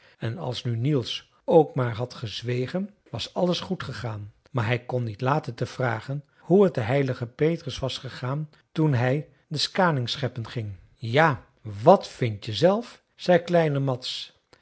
en als nu niels ook maar had gezwegen was alles goed gegaan maar hij kon niet laten te vragen hoe het den heiligen petrus was gegaan toen hij den skaaning scheppen ging ja wat vindt je zelf zei kleine mads